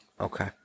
Okay